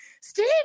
Steve